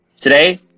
Today